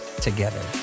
together